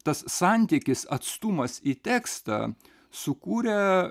tas santykis atstumas į tekstą sukūrė